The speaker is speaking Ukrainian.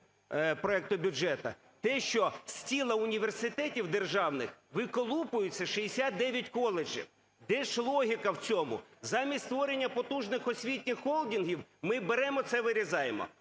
проекту бюджету, що з тіла університетів державних виколупуються 69 коледжів. Де ж логіка? Замість створення потужних освітніх холдингів, ми беремо це вирізаємо.